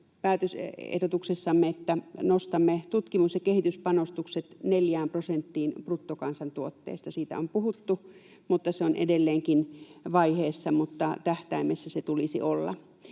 päätösehdotuksessamme, että nostamme tutkimus‑ ja kehityspanostukset 4 prosenttiin bruttokansantuotteesta. Siitä on puhuttu, se on edelleenkin vaiheessa, mutta tähtäimessä sen tulisi olla.